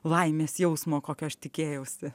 laimės jausmo kokio aš tikėjausi